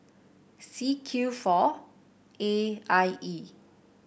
C Q four A I E